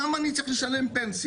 אז למה אני צריך לשלם פנסיה?